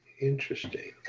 interesting